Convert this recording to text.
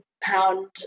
pound